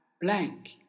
blank